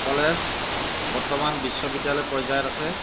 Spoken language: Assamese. কলেজ বৰ্তমান বিশ্ববিদ্যালয় পৰ্য্যায়ত আছে